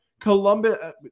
Columbus